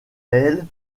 elle